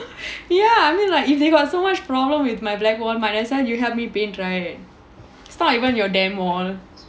ya I mean like if they got so much problem with my black [one] might as well you help me paint right it's not even your damn wall